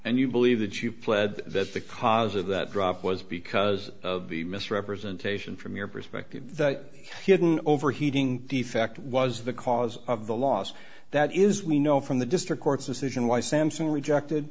and you believe that you pled that the cause of that drop was because of the misrepresentation from your perspective hidden overheating the fact was the cause of the loss that is we know from the district court's decision why samson rejected